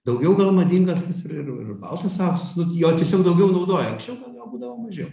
daugiau gal madingas tas ir ir ir baltas auksas nu jo tiesiog daugiau naudoja anksčiau ten jo būdavo mažiau